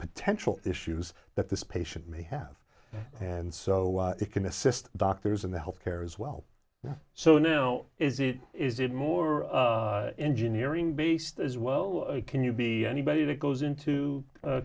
potential issues that this patient may have and so it can assist doctors in the health care as well so now is it is it more engineering based as well and can you be anybody that goes into